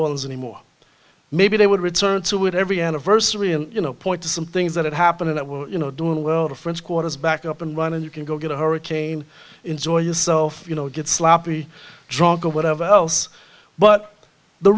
orleans anymore maybe they would return to it every anniversary and you know point to some things that happened in that will you know doing well the french quarter is back up and running you can go get a hurricane enjoy yourself you know get sloppy drunk or whatever else but the